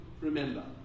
remember